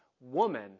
woman